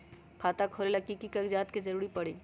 खाता खोले ला कि कि कागजात के जरूरत परी?